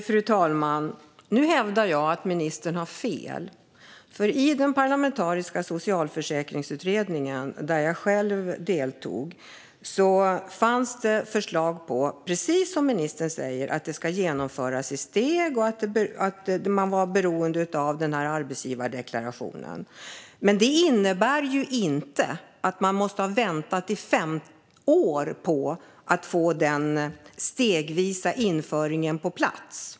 Fru talman! Nu hävdar jag att ministern har fel. I den parlamentariska socialförsäkringsutredningen, där jag själv deltog, fanns det, precis som ministern säger, förslag om att det hela skulle genomföras i steg och att man var beroende av arbetsgivardeklarationen. Men det innebär ju inte att man måste vänta i fem år på att få den stegvisa införingen på plats.